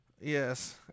yes